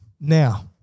Now